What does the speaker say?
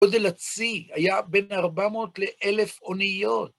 גודל הצי היה בין 400 לאלף אוניות.